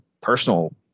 personal